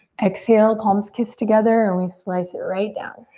exhale, palms kiss together and we slice it right down.